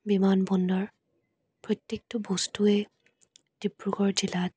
বিমানবন্দৰ প্ৰত্যেকটো বস্তুৱেই ডিব্ৰুগড় জিলাত